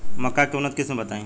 मक्का के उन्नत किस्म बताई?